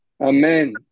Amen